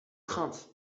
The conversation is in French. crainte